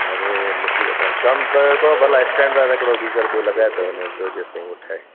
अड़े मुसीबत आहे कमु कयो हिकिड़ो भला स्टैंड बाय त हिकिड़ो गीजर ॿियो लॻाए थो वञेव पोइ जेसिताईं हू ठहे